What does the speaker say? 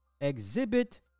Exhibit